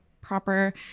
proper